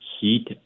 heat